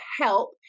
help